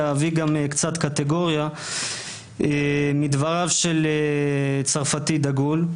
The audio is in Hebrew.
אביא גם קצת קטגוריה מדבריו של צרפתי דגול,